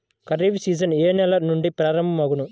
Kharif season ఏ నెల నుండి ప్రారంభం అగును?